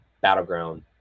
battleground